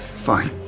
fine.